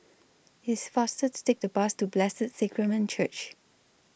IT IS faster to Take The Bus to Blessed Sacrament Church